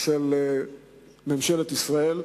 של ממשלת ישראל,